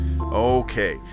Okay